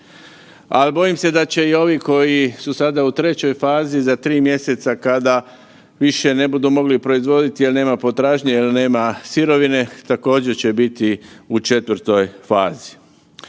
Ali bojim se da će i ovi koji su sada u trećoj fazi za 3 mjeseca kada više ne budu mogli proizvoditi jer nema potražnje, jer nema sirovine također će biti u četvrtoj fazi.